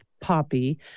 Poppy